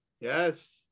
Yes